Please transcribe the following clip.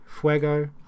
Fuego